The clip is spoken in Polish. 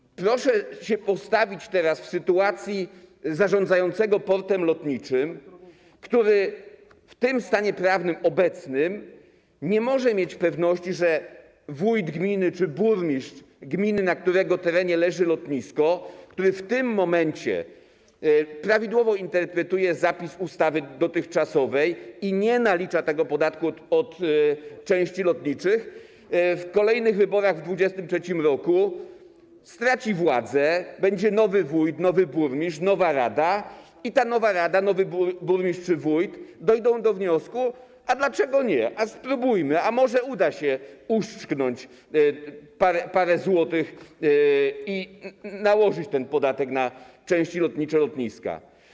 I proszę się postawić teraz w sytuacji zarządzającego portem lotniczym, który w obecnym stanie prawnym nie może mieć pewności, że wójt gminy czy burmistrz gminy, na którego terenie leży lotnisko, który w tym momencie prawidłowo interpretuje zapis dotychczasowej ustawy i nie nalicza tego podatku od części lotniczych, w kolejnych wyborach w 2023 r. straci władzę, będzie nowy wójt, nowy burmistrz, nowa rada i ta nowa rada, nowy burmistrz czy wójt dojdą do wniosku: a dlaczego nie, a spróbujmy, a może uda się uszczknąć parę złotych i nałożyć podatek na części lotnicze lotniska.